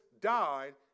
died